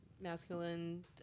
masculine